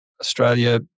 Australia